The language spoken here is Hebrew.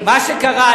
מה שקרה,